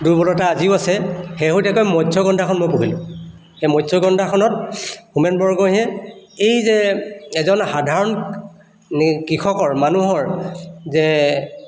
দূৰ্বলতা আজিও আছে শেহতীয়াকৈ মৎস্যগন্ধাখন মই পঢ়িলোঁ সেই মৎস্যগন্ধাখনত হোমেন বৰগোহাঞিয়ে এই যে এজন সাধাৰণ কৃষকৰ মানুহৰ যে